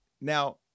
Now